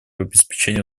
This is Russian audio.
обеспечении